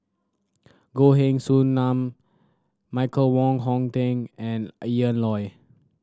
Goh Heng Soon Michael Wong Hong Teng and Ian Loy